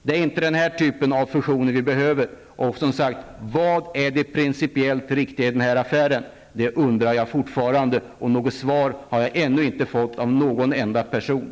Det är inte den här typen av fusioner vi behöver. Och som sagt, vad är det principiellt riktiga i den här affären? Det undrar jag fortfarande, och något svar har jag ännu inte fått av någon enda person.